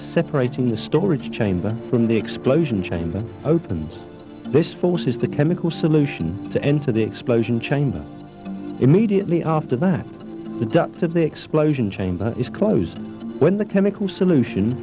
separating the storage chamber from the explosion chamber opens this forces the chemical solution to enter the explosion chamber immediately after that the depth of the explosion chamber is closed when the chemical solution